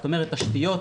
כמו תשתיות,